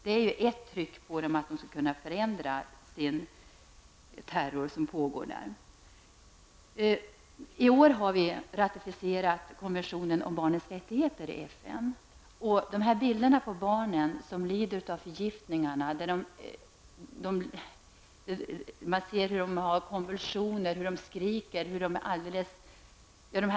Det är ett medel att utöva påtryckning mot den terror som pågår i landet. I år har vi i FN ratificerat konventionen om barnens rättigheter. Bilderna på dessa barn som som lider av förgiftning och där man ser hur de har konvulsioner och hur de skriker, är fruktansvärda att se!